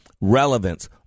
relevance